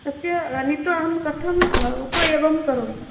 तस्य नीत्वा अहं कथं उपयोगं करोमि